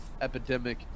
epidemic